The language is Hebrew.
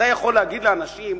אתה יכול להגיד לאנשים: